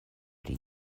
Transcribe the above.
pri